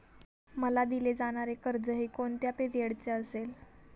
मला दिले जाणारे कर्ज हे कोणत्या पिरियडचे असेल?